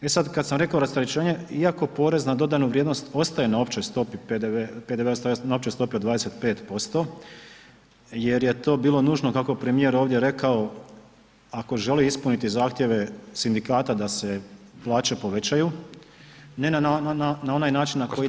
E sad kad sam rekao rasterećenje, iako porez na dodanu vrijednost ostaje na općoj stopi PDV-a, ostaje na općoj stopi od 25% jer je to bilo nužno kako je premijer ovdje rekao, ako želi ispuniti zahtjeve sindikata da se plaće povećaju ne na, na, na onaj način na koji se…